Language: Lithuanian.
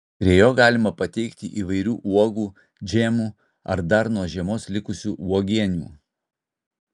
prie jo galima pateikti įvairių uogų džemų ar dar nuo žiemos likusių uogienių